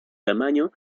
tamaño